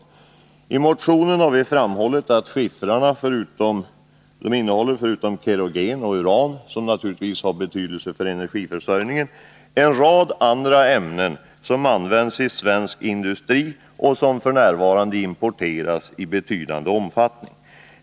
I motionen har vi framhållit att skiffrarna innehåller, förutom kerogen och uran — som naturligtvis har betydelse för energiförsörjningen — en rad andra ämnen som används i svensk industri och som f. n. importeras i betydande omfattning.